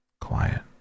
quiet